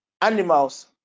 animals